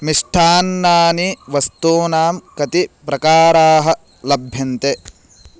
मिष्ठान्नानि वस्तूनां कति प्रकाराः लभ्यन्ते